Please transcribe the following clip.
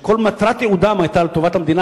כשכל ייעודם היה טובת המדינה,